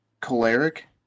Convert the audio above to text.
choleric